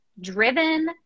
driven